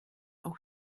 auch